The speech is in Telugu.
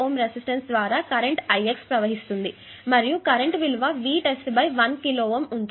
రెసిస్టన్స్ ద్వారా కరెంట్గా Ix ప్రవహిస్తుంది మరియు కరెంట్ విలువ Vtest 1 కిలోΩ